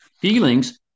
Feelings